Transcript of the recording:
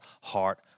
heart